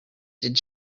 did